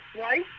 right